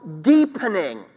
deepening